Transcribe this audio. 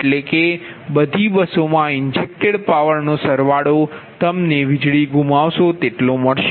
એટલે કે બધી બસોમાં ઇન્જેક્ટેડ પાવરનો સરવાળો તમને વીજળી ગુમાવશો તેટલો મળશે